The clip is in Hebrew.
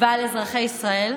ועל אזרחי ישראל.